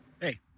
Hey